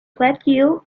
plateau